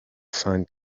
find